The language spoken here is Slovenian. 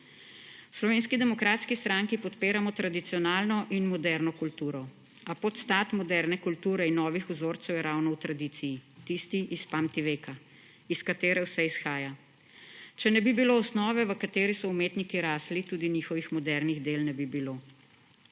V Slovenski demokratski stranki podpiramo tradicionalno in moderno kulturo, a podstat moderne kulture in novih vzorcev je ravno v tradiciji, tisti iz pamtiveka, iz katere vse izhaja. Če ne bi bilo osnove, v kateri so umetniki rasli, tudi njihovih modernih del ne bi bilo.